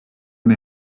mes